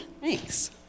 thanks